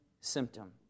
symptom